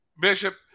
bishop